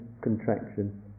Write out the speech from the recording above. contraction